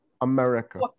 America